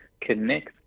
connect